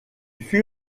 fut